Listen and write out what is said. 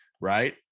right